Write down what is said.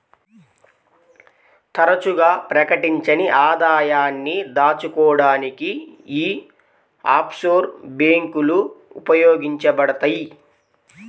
తరచుగా ప్రకటించని ఆదాయాన్ని దాచుకోడానికి యీ ఆఫ్షోర్ బ్యేంకులు ఉపయోగించబడతయ్